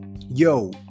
yo